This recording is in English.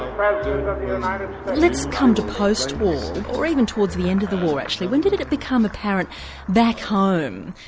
ah let's come to post war or even towards the end of the war actually when did it it become apparent back home,